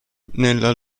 nella